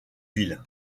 ville